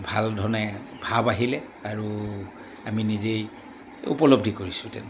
ভাল ধৰণে ভাৱ আহিলে আৰু আমি নিজেই উপলব্ধি কৰিছোঁ তেনে কথা